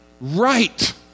right